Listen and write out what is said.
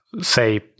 say